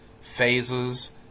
phases